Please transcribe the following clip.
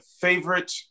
Favorite